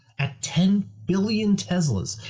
at ten billion tesla's,